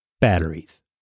Batteries